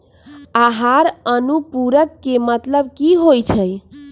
आहार अनुपूरक के मतलब की होइ छई?